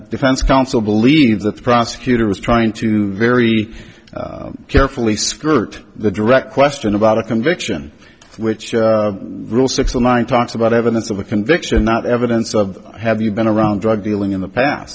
defense counsel believes that the prosecutor was trying to very carefully script the direct question about a conviction which rule six the line talks about evidence of a conviction not evidence of have you been around drug dealing in the past